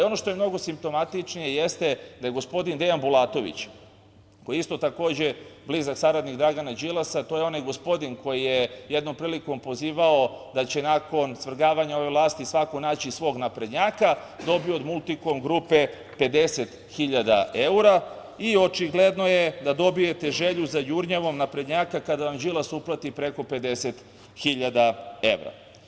Ono što je mnogo simptomatičnije jeste da je gospodin Dejan Bulatović, koji je isto takođe blizak saradnik Dragana Đilasa, to je onaj gospodin koji je jednom prilikom pozivao da će nakon svrgavanja ove vlasti svako naći svog naprednjaka, dobio od „Multikom grupe“ 50.000 evra i očigledno je da dobijete želju za jurnjavom naprednjaka kada vam Đilas uplati preko 50.000 evra.